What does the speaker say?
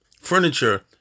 furniture